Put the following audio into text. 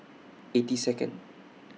eighty Second